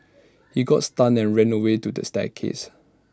he got stunned and ran away to the staircase